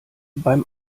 beim